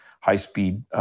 high-speed